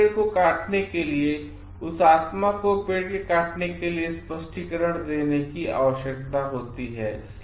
एक पेड़ को काटने के लिए उस आत्मा को पेड़ के काटने के लिए स्पष्टीकरण देने की आवश्यकता होती है